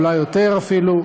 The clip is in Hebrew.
אולי יותר אפילו,